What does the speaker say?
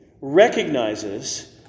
recognizes